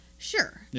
Sure